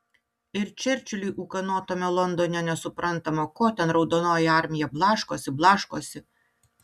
ir čerčiliui ūkanotame londone nesuprantama ko ten raudonoji armija blaškosi blaškosi